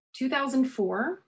2004